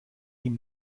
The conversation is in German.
ihm